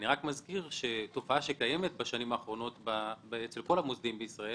תופעה שקיימת בשנים האחרונות אצל כל המוסדיים בישראל